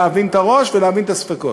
להבין את הראש ולהבין את הספקות.